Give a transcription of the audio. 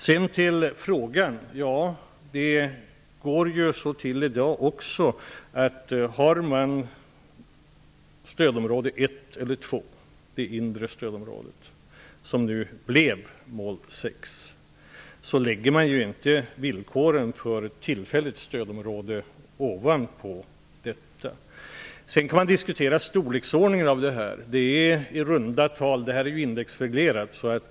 Sedan till Georg Anderssons fråga. När det gäller stödområde 1 eller 2 -- dvs. det inre stödområde som nu blev mål 6 -- lägger man inte villkoren för ett tillfälligt stödområde ovanpå detta. Det går också till så i dag. Sedan kan man diskutera storleksordningen. Detta är indexreglerat.